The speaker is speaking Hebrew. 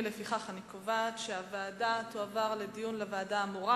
לפיכך אני קובעת שההצעה תועבר לוועדה האמורה.